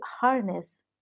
harness